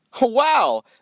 Wow